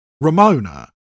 Ramona